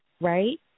right